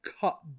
cut